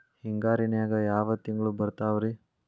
ಹಿಂಗಾರಿನ್ಯಾಗ ಯಾವ ತಿಂಗ್ಳು ಬರ್ತಾವ ರಿ?